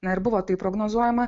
na ir buvo tai prognozuojama